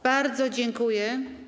Bardzo dziękuję.